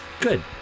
good